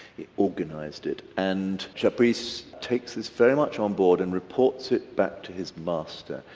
he organized it and chapuys takes this very much on board and reports it back to his master.